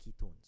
ketones